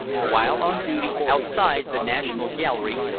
while on duty outside the national gallery,